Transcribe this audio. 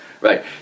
Right